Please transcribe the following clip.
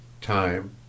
Time